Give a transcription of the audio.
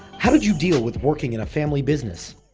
how did you deal with working in a family business?